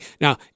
Now